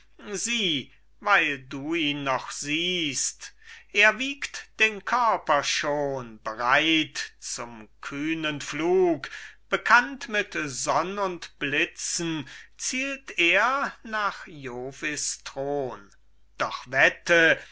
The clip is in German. weil du ihn noch siehst er wiegt den körper schon bereit zum kühnen flug bekannt mit sonn und blitzen zielt er nach jovis thron doch wette